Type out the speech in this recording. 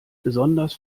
besonders